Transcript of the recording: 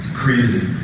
created